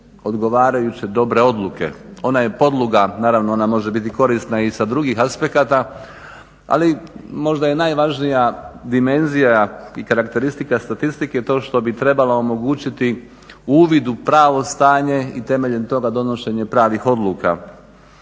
odgovarajuće dobre odluke, ona je podloga, naravno ona može biti korisna i sa drugih aspekata, ali možda je najvažnija dimenzija i karakteristika statistike to što bi trebala omogućiti uvid u pravo stanje i temeljem toga donošenje pravih odluka.